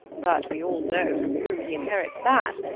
but we all know from whom he inherits that.